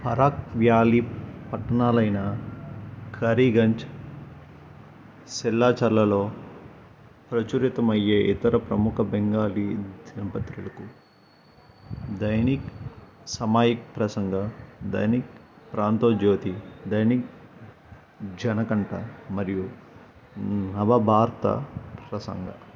హరాత్ valley పట్టణాలైన కరీగంజ్ సిల్లాచర్లలో ప్రచురితమయ్యే ఇతర ప్రముఖ బెంగాలీ సంపతరులకు దైనిక్ సమైక్ ప్రసంగ దైనిక్ ప్రాంతో జ్యోతి దైనిక్ జనకంట మరియు నవభారత ప్రసంగ